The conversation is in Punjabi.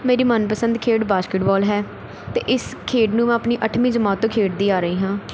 ਮੇਰੀ ਮਨਪਸੰਦ ਖੇਡ ਬਾਸਕਿਟਬੋਲ ਹੈ ਅਤੇ ਇਸ ਖੇਡ ਨੂੰ ਮੈਂ ਆਪਣੀ ਅੱਠਵੀਂ ਜਮਾਤ ਤੋਂ ਖੇਡਦੀ ਆ ਰਹੀ ਹਾਂ